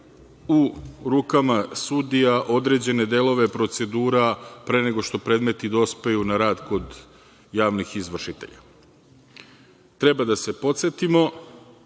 u rukama sudija određene delove procedura pre nego što predmeti dospeju na rad kod javnih izvršitelja. Treba da se podsetimo